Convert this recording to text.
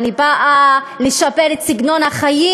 אני באה לשפר את סגנון החיים.